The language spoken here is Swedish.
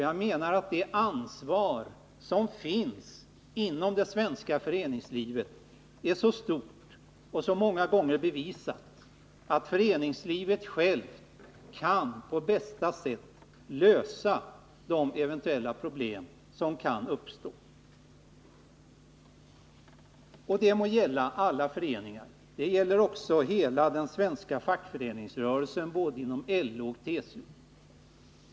Jag menar att det ansvar som finns inom det svenska föreningslivet är så stort och så ; ES SA - Sr Ramlagstiftning många gånger bevisat, att föreningslivet självt kan på bästa sätt lösa de om ideella förproblem som eventuellt kan uppstå. Det må gälla alla föreningar. Det gäller eningar också hela den svenska fackföreningsrörelsen — både inom LO och inom TCO.